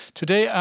Today